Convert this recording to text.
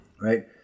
right